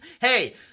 hey